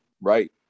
right